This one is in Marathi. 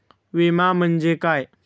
विमा म्हणजे काय?